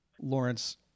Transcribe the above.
Lawrence